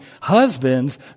husbands